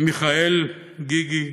מיכאל גיגי,